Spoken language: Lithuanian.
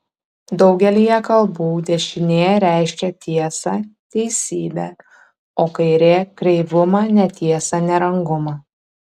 daugelyje kalbų dešinė reiškia tiesą teisybę o kairė kreivumą netiesą nerangumą